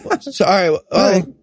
sorry